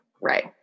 Right